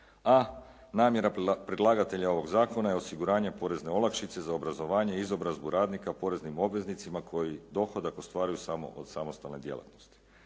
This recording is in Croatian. a namjera predlagatelja ovog zakona je osiguranje porezne olakšice za obrazovanje i izobrazbu radnika poreznim obveznicima koji dohodak ostvaruju samo od samostalne djelatnosti.